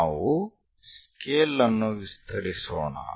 ನಾವು ಸ್ಕೇಲ್ ಅನ್ನು ವಿಸ್ತರಿಸೋಣ